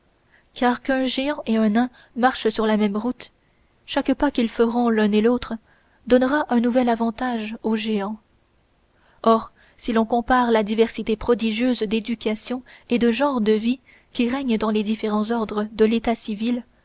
car qu'un géant et un nain marchent sur la même route chaque pas qu'ils feront l'un et l'autre donnera un nouvel avantage au géant or si l'on compare la diversité prodigieuse d'éducations et de genres de vie qui règne dans les différents ordres de l'état civil